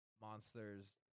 monsters